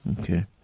Okay